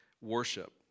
worship